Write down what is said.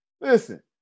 Listen